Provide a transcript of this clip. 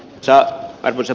arvoisa puhemies